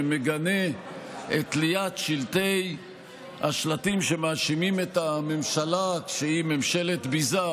שמגנה את תליית השלטים שמאשימים את הממשלה שהיא ממשלת ביזה,